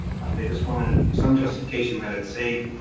they just wanted some justification that it's safe.